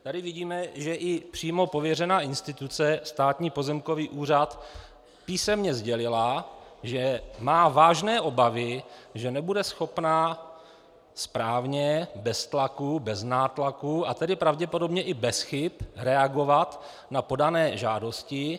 Tady vidíme, že i přímo pověřená instituce, Státní pozemkový úřad, písemně sdělila, že má vážné obavy, že nebude schopná správně, bez tlaku, bez nátlaku, a tedy pravděpodobně i bez chyb reagovat na podané žádosti.